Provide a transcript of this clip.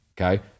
Okay